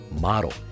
model